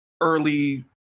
early